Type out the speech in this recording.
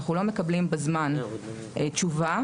אנחנו לא מקבלים תשובה בזמן.